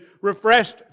refreshed